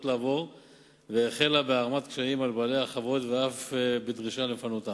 לעבור והחלה בהערמת קשיים על בעלי החוות ואף בדרישה לפנותם.